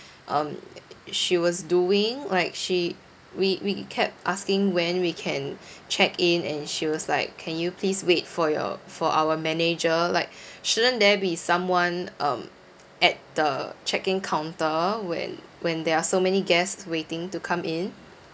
um she was doing like she we we kept asking when we can check in and she was like can you please wait for your for our manager like shouldn't there be someone um at the check in counter when when there are so many guests waiting to come in